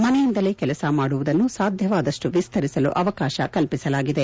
ಮನೆಯಿಂದಲೇ ಕೆಲಸ ಮಾಡುವುದನ್ನು ಸಾಧ್ಯವಾದಷ್ಟು ವಿಸ್ತರಿಸಲು ಅವಕಾಶ ಕಲ್ಲಿಸಲಾಗಿದೆ